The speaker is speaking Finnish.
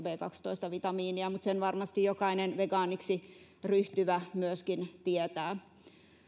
b kaksitoista vitamiinia mutta sen varmasti jokainen vegaaniksi ryhtyvä myöskin tietää